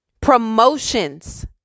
Promotions